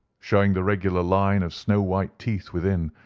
showing the regular line of snow-white teeth within,